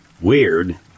Weird